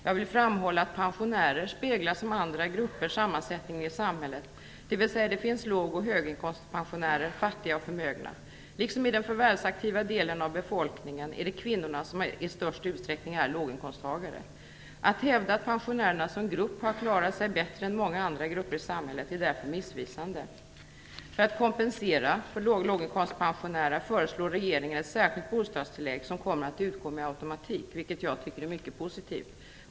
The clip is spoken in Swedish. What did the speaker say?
Jag vill framhålla att pensionärer speglar som andra grupper sammansättningen i samhället, dvs. det finns låg och höginkomstpensionärer, fattiga och förmögna. Liksom i den förvärvsaktiva delen av befolkningen är det kvinnorna som i störst utsträckning är låginkomsttagare. Att hävda att pensionärerna som grupp har klarat sig bättre än många andra grupper i samhället är därför missvisande. För att kompensera låginkomstpensionärerna föreslår regeringen ett särskilt bostadstillägg som kommer att utgå med automatik, vilket jag tycker är mycket positivt.